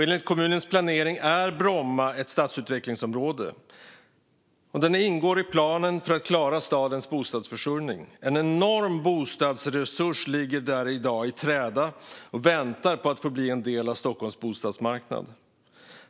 Enligt kommunens planering är Bromma ett stadsutvecklingsområde. Området ingår i planen för att klara stadens bostadsförsörjning. En enorm bostadsresurs ligger i dag i träda och väntar på att få bli en del av Stockholms bostadsmarknad.